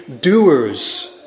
doers